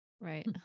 right